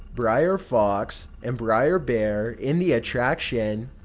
brier fox and brier bear in the attraction.